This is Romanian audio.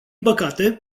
păcate